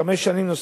בחמש שנים נוספות,